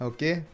Okay